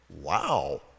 wow